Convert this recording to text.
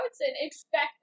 expect